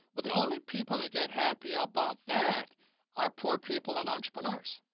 well, the only people that get happy about that are poor people and entrepreneurs.